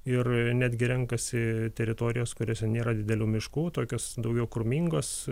ir netgi renkasi teritorijas kuriose nėra didelių miškų tokias daugiau krūmingas